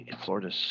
Florida